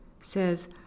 Says